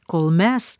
kol mes